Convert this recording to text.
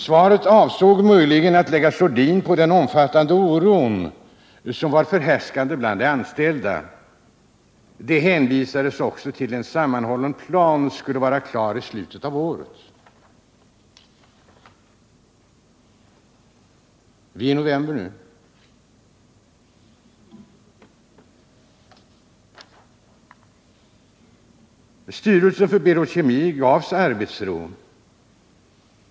Svaret avsåg möjligen att lägga sordin på den omfattande oro som var förhärskande bland de anställda. Det hänvisades också till att en sammanhållen plan skulle vara klar i slutet av året. Vi är inne i november nu. Styrelsen för Berol Kemi gavs arbetsro.